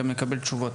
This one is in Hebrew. גם נקבל תשובות.